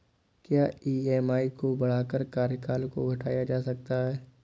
क्या ई.एम.आई को बढ़ाकर कार्यकाल को घटाया जा सकता है?